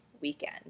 weekend